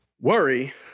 worry